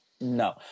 No